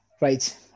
Right